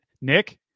Nick